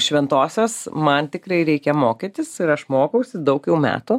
šventosios man tikrai reikia mokytis ir aš mokausi daug jau metų